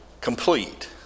complete